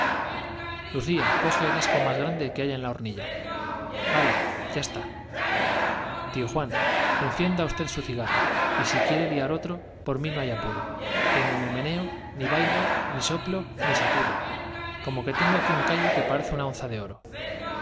lucía coge el ascua más grande que haya en la hornilla hala ya está tío juan encienda usted su cigarro y si quiere liar otro por mí no hay apuro que ni me meneo ni bailo ni soplo ni sacudo j como que tengo aquí un callo que parece una onza de oro